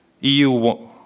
EU